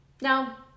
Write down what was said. now